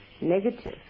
negative